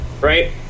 Right